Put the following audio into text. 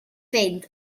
fynd